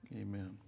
Amen